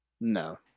No